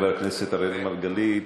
חבר הכנסת אראל מרגלית,